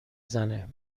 زنه